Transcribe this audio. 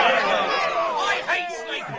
i